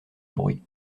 bruit